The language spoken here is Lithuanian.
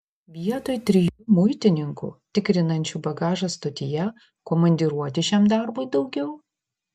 vietoj trijų muitininkų tikrinančių bagažą stotyje komandiruoti šiam darbui daugiau